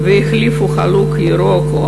והחליפו חלוק ירוק או